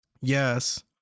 yes